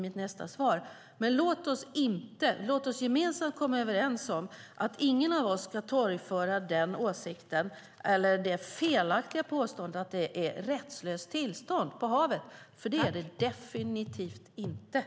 Men låt oss gemensamt komma överens om att ingen av oss ska torgföra den åsikten eller det felaktiga påståendet att det är ett rättslöst tillstånd på havet, för det är det definitivt inte.